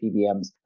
PBMs